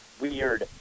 weird